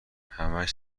همش